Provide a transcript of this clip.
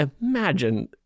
imagine